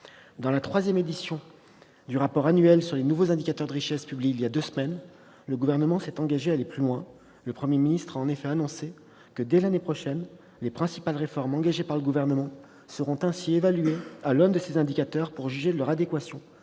Dans la troisième édition du rapport annuel sur les nouveaux indicateurs de richesse, publiée voilà deux semaines, le Gouvernement s'est engagé à aller encore plus loin. Comme l'a annoncé le Premier ministre, « dès l'année prochaine, les principales réformes engagées par le Gouvernement seront ainsi évaluées à l'aune de ces indicateurs pour juger de leur adéquation